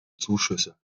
zuschüsse